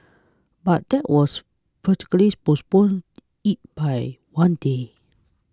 but that was fortuitously postponed it by one day